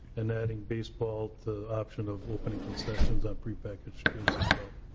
and adding baseball the option of opening concessions on prepackaged goods as well.